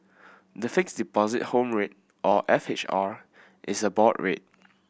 the Fixed Deposit Home Rate or F H R is a board rate